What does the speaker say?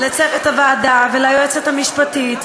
ולצוות הוועדה וליועצת המשפטית,